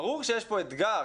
ברור שיש פה אתגר.